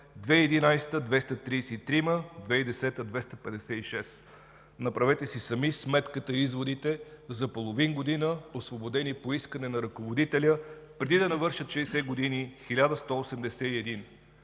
2010 г. – 256. Направете си сами сметката и изводите за половин година освободени по искане на ръководителя, преди да навършат 60 години – 1181.